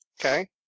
Okay